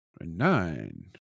Nine